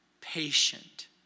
patient